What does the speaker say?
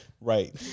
Right